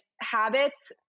habits